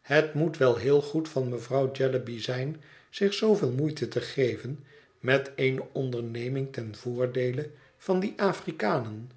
het moet wel heel goed van mevrouw jellyby zijn zich zooveel moeite te geven met eene onderneming ten voordeele van die afrikanen